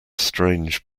strange